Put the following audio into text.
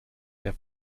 der